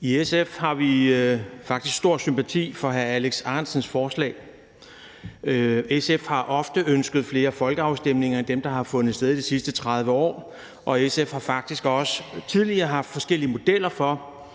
I SF har vi faktisk stor sympati for forslaget fra hr. Alex Ahrendtsen m.fl. SF har ofte ønsket flere folkeafstemninger end dem, der har fundet sted de sidste 30 år, og SF har faktisk også tidligere haft forskellige modeller for,